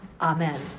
Amen